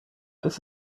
this